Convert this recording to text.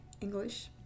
English